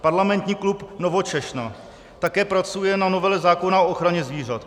Parlamentní klub Nowoczesna také pracuje na novele zákona o ochraně zvířat.